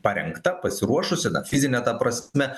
parengta pasiruošusi na fizine ta prasme